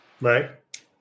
Right